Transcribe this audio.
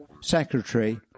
Secretary